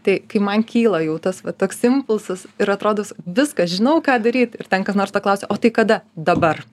tai kai man kyla jau tas va toks impulsas ir atrodo viskas žinau ką daryt ir ten kas nors paklausia o tai kada dabar